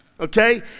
okay